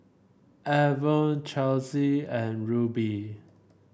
Evertt Chelsi and Rubie